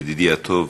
ידידי הטוב,